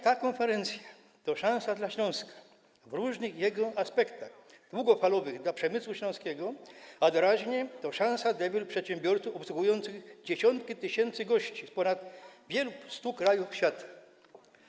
Ta konferencja to szansa dla Śląska w różnych jego aspektach, długofalowych dla przemysłu śląskiego, a doraźnie to szansa dla wielu przedsiębiorców obsługujących dziesiątki tysięcy gości z ponad 100 krajów świata.